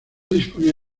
disponía